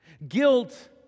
Guilt